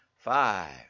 Five